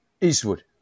Eastwood